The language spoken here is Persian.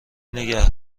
نگه